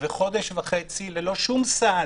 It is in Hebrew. וחודש וחצי ללא שום סעד.